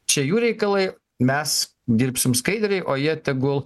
čia jų reikalai mes dirbsim skaidriai o jie tegul